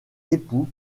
époux